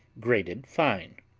grated fine.